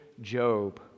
Job